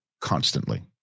constantly